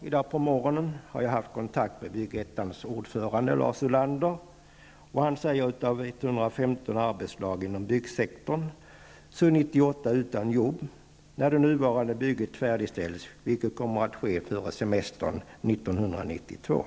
I dag på morgonen har jag haft kontakt med Byggettans ordförande Lars Ulander. Han säger att av 115 arbetslag inom byggsektorn är 98 utan jobb när det nuvarande bygget färdigställs, vilket kommer att ske före semestern 1992.